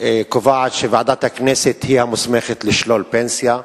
קובעת שוועדת הכנסת היא המוסמכת לשלול פנסיה.